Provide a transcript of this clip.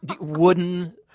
wooden